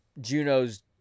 Juno's